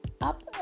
up